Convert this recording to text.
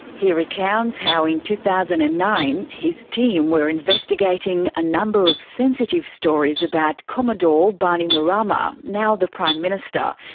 he recounts how in two thousand and nine his team were investigating a number of sensitive stories about commodore bainimarama, now the prime minister,